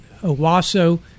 Owasso